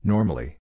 Normally